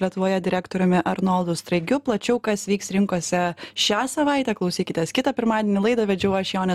lietuvoje direktoriumi arnoldu straigiu plačiau kas vyks rinkose šią savaitę klausykitės kitą pirmadienį laidą vedžiau aš jonė